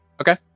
Okay